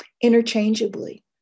interchangeably